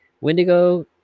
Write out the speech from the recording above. Wendigo